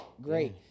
great